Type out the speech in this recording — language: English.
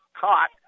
caught